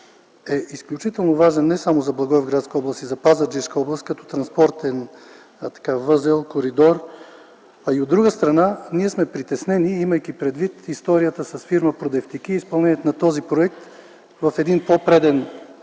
е изключително важен не само за Благоевградска и за Пазарджишка област като транспортен възел, коридор, а, от друга страна, ние сме притеснени, имайки предвид историята с фирма „Продефтики” и изпълнението на този проект в един по преден